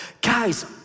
guys